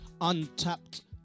untapped